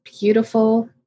beautiful